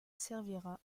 servira